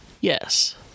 Yes